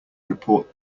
report